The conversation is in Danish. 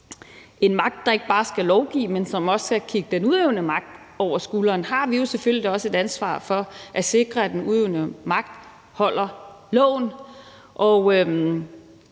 en magt, der ikke bare skal lovgive, men som også skal kigge den udøvende magt over skulderen, og dermed har vi selvfølgelig også et ansvar for at sikre, at den udøvende magt holder loven.